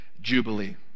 jubilee